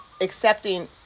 accepting